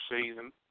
season